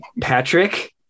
Patrick